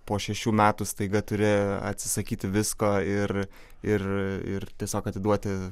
po šešių metų staiga turi atsisakyti visko ir ir ir tiesiog atiduoti